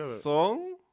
song